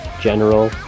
general